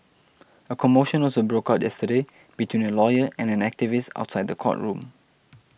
a commotion also broke out yesterday between a lawyer and an activist outside the courtroom